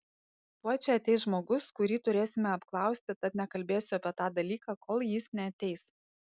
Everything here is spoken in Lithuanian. tuoj čia ateis žmogus kurį turėsime apklausti tad nekalbėsiu apie tą dalyką kol jis neateis